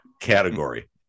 category